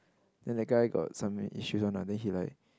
then the guy got some issues one ah then he like